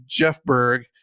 Jeffberg